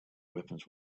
weapons